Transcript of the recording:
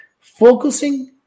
focusing